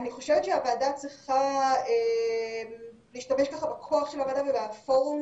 אני חושבת שהוועדה צריכה להשתמש בכוח של הוועדה והפורום